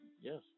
Yes